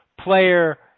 player